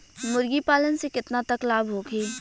मुर्गी पालन से केतना तक लाभ होखे?